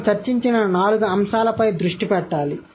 మేము చర్చించిన నాలుగు అంశాలపై దృష్టి పెట్టాలి